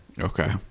Okay